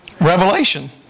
Revelation